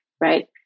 Right